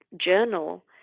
journal